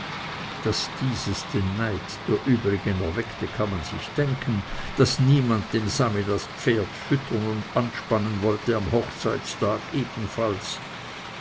daß dieses den neid der übrigen erweckte kann man sich denken daß niemand dem sami das pferd füttern und anspannen wollte am hochzeittag ebenfalls